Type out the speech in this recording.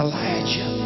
Elijah